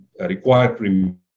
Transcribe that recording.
required